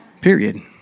Period